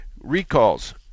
Recalls